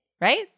right